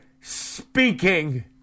speaking